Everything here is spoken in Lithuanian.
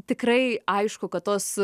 tikrai aišku kad tos